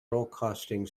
broadcasting